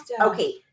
Okay